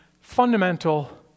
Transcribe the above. fundamental